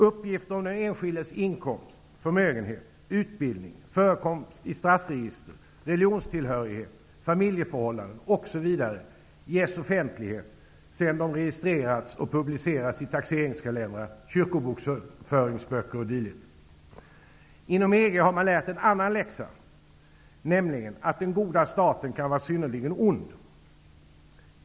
Uppgifter om den enskildes inkomst, förmögenhet, utbildning, förekomst i straffregister, religionstillhörighet, familjeförhållanden osv. ges offentlighet sedan de registrerats i taxeringskalendern, kyrkobokföringsböcker och dylikt. Inom EG har man lärt en annan läxa, nämligen att den goda staten kan vara synnerligen ond.